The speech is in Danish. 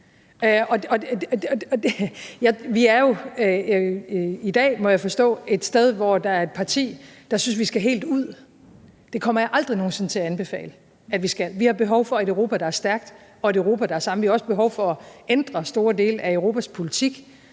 der er et parti, der synes, at vi skal helt ud. Det kommer jeg aldrig nogen sinde til at anbefale at vi skal. Vi har behov for et Europa, der er stærkt, og et Europa, der er samlet. Vi har også behov for at ændre store dele af Europas politik,